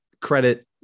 credit